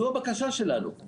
זו הבקשה שלנו.